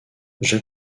j’ai